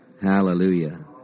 Hallelujah